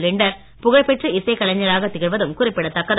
Lindner புகழ்பெற்ற இசைக் கலைஞராகக் திகழ்வதும் குறிப்பிடத் தக்கது